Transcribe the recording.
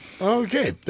okay